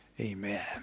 Amen